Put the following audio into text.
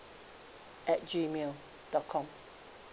at G mail dot com